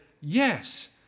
yes